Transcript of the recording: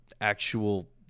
actual